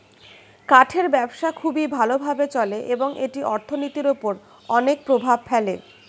কাঠের ব্যবসা খুবই ভালো ভাবে চলে এবং এটি অর্থনীতির উপর অনেক প্রভাব ফেলে